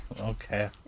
okay